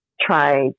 try